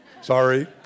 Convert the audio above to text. sorry